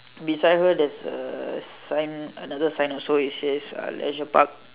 beside her there's a sign another sign also it says uh Leisure Park